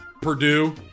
Purdue